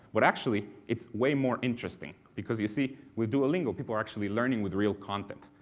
but actually it's way more interesting. because, you see, with duolingo people are actually learning with real content.